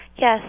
Yes